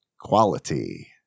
Quality